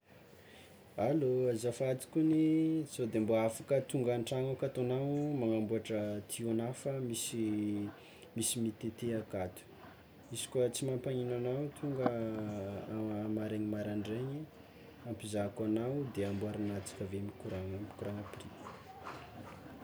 Allô, azafady kony sao de mba afaka tonga an-tragno akato agnao magnamboatra tuyau-nah fa misy misy mitete akato, izy koa tsy mampanino agnao tonga amaraigny maraindraigny ampizahako agnao de amboarinao tsara be mikorana aveke mikorana prix.